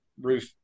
roof